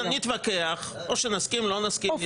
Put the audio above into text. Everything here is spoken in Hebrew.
נתווכח או שנסכים, לא נסכים.